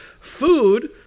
food